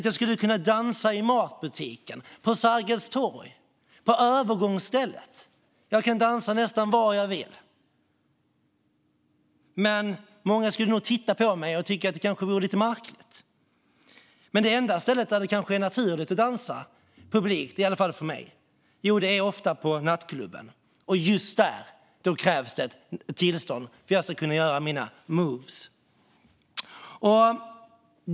Jag skulle kunna dansa i matbutiken, på Sergels torg eller på övergångsstället. Jag kan dansa nästan var jag vill, men många skulle nog titta på mig och tycka att det var lite märkligt. Det kanske enda ställe där det är naturligt att dansa publikt, i alla fall för mig, är på nattklubben, och just där krävs det ett tillstånd för att jag ska kunna göra mina moves.